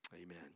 Amen